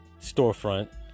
storefront